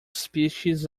species